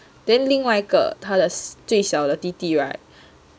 then 另外一个他的最小的弟弟 [right]